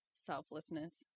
selflessness